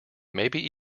maybe